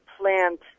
plant